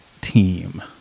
team